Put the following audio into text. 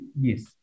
Yes